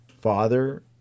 father